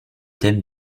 thème